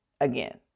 again